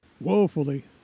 Woefully